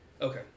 Okay